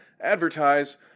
advertise